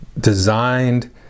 designed